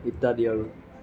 ইত্যাদি আৰু